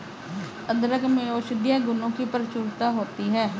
अदरक में औषधीय गुणों की प्रचुरता होती है